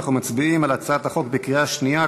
אנחנו מצביעים על הצעת החוק בקריאה שנייה,